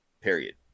period